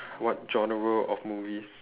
what genre of movies